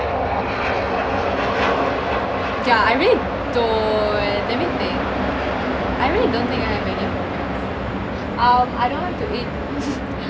yeah I really don't let me think I really don't think I have any phobia um I don't like to eat